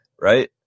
Right